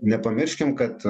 nepamirškim kad